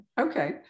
Okay